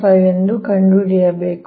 5 ಎಂದು ಕಂಡುಹಿಡಿಯಬೇಕು